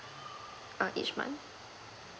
err each month